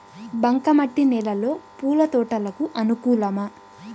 బంక మట్టి నేలలో పూల తోటలకు అనుకూలమా?